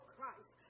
Christ